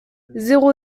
zéro